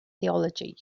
theology